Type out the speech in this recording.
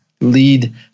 lead